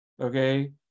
okay